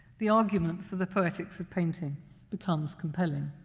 the argument for the poetics of painting becomes compelling.